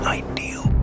ideal